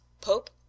pope